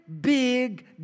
big